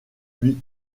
lutte